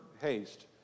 haste